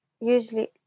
usually